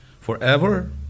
Forever